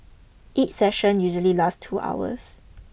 each session usually last two hours